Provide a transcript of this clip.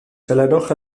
dilynwch